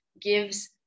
gives